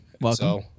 welcome